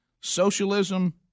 Socialism